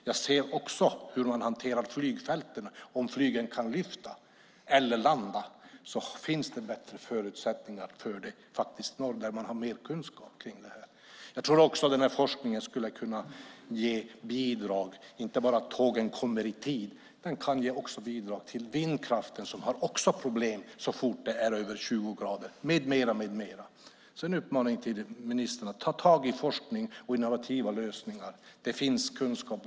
Jag ser också hur man hanterar flygfälten och om flygen kan lyfta eller landa. Det finns bättre förutsättningar för det i norr, där man har mer kunskap om detta. Den forskningen skulle kunna ge bidrag inte bara till att tågen kommer i tid utan även till vindkraften, som också har problem så fort det är mer än 20 minusgrader, och mycket annat. Detta är en uppmaning till ministern att ta tag i forskning och innovativa lösningar. Det finns kunskap.